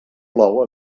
plou